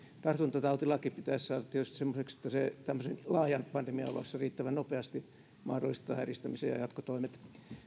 tartuntatautilaki pitäisi saada tietysti semmoiseksi että se tämmöisen laajan pandemian oloissa riittävän nopeasti mahdollistaa eristämisen ja jatkotoimet